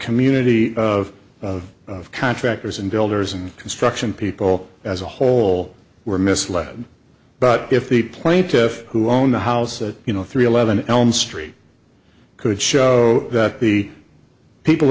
community of contractors and builders and construction people as a whole were misled but if the plaintiffs who own the house that you know three eleven elm street could show that the people